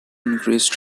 increased